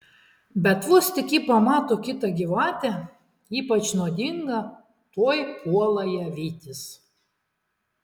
bet vos tik ji pamato kitą gyvatę ypač nuodingą tuoj puola ją vytis